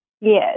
Yes